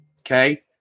okay